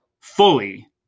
fully